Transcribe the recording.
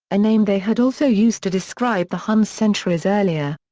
a name they had also used to describe the huns centuries earlier.